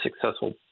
successful